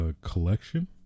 collection